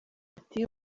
ati